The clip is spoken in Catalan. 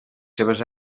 seves